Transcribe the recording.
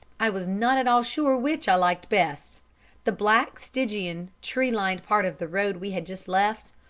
i was not at all sure which i liked best the black, stygian, tree-lined part of the road we had just left,